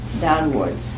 downwards